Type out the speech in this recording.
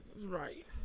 Right